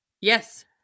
Yes